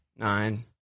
Nine